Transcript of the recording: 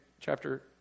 chapter